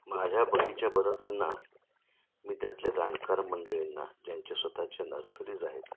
माझ्या बगीचा बनवताना मी त्यातल्या जाणकार मंडळींना ज्यांचे स्वतःचे नर्सरीज आहेत